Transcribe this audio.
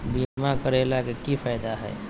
बीमा करैला के की फायदा है?